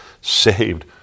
saved